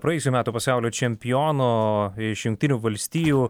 praėjusių metų pasaulio čempiono iš jungtinių valstijų